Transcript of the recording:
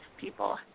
people